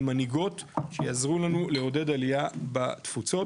למנהיגות שיעזרו לנו לעודד עלייה בתפוצות.